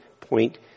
point